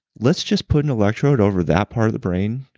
let's just put an electrode over that part of the brain,